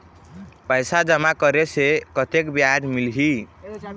पैसा जमा करे से कतेक ब्याज मिलही?